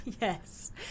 Yes